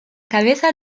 cabeza